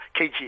KG